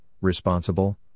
responsible